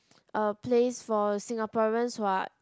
a place for Singaporeans who are